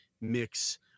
mix